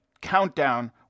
countdown